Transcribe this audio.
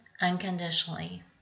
unconditionally